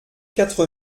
quatre